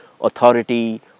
authority